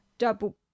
double